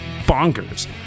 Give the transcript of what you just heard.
bonkers